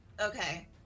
Okay